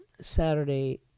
Saturday